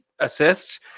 assists